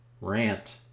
rant